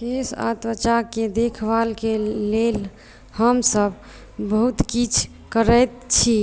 केश आ त्वचाकेँ देखभालके लेल हमसभ बहुत किछु करैत छी